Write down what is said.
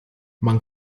man